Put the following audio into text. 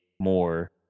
More